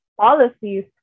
policies